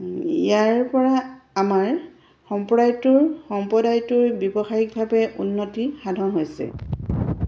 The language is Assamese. ইয়াৰপৰা আমাৰ সম্প্ৰদায়টোৰ সম্প্ৰদায়টোৰ ব্যৱসায়িকভাৱে উন্নতি সাধন হৈছে